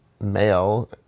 male